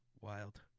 Wild